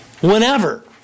whenever